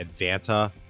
Advanta